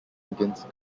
against